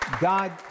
God